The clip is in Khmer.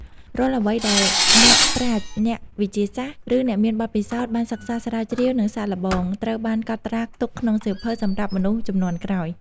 រាល់អ្វីដែលអ្នកប្រាជ្ញ អ្នកវិទ្យាសាស្ត្រ ឬអ្នកមានបទពិសោធន៍បានសិក្សាស្រាវជ្រាវ និងសាកល្បង ត្រូវបានកត់ត្រាទុកក្នុងសៀវភៅសម្រាប់មនុស្សជំនាន់ក្រោយ។